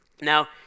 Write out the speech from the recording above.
Now